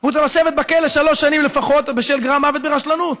והוא צריך לשבת בכלא שלוש שנים לפחות בשל גרם מוות ברשלנות.